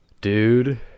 dude